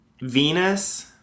Venus